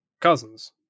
cousins